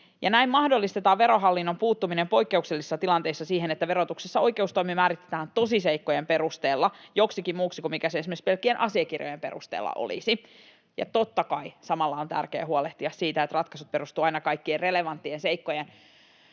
näin mahdollistetaan Verohallinnon puuttuminen poikkeuksellisissa tilanteissa siihen, että verotuksessa oikeustoimi määritetään tosiseikkojen perusteella joksikin muuksi kuin siksi, mikä se esimerkiksi pelkkien asiakirjojen perusteella olisi. Totta kai samalla on tärkeää huolehtia siitä, että ratkaisut perustuvat aina kaikkien relevanttien seikkojen